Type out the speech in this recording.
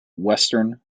western